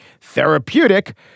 therapeutic